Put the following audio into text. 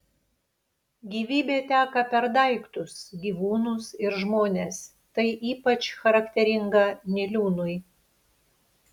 gyvybė teka per daiktus gyvūnus ir žmones tai ypač charakteringa niliūnui